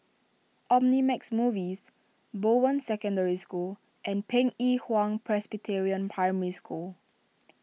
Omnimax Movies Bowen Secondary School and Pei E Hwa Presbyterian Primary School